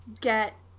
get